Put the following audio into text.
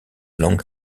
long